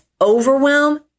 overwhelm